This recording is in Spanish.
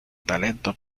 talento